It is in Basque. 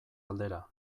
aldera